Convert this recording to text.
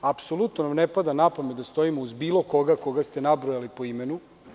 Apsolutno nam ne pada napamet da stojimo uz bilo koga koga ste nabrojali po imenu.